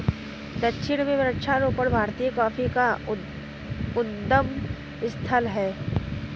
दक्षिण में वृक्षारोपण भारतीय कॉफी का उद्गम स्थल है